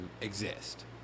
exist